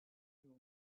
you